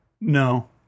No